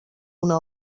una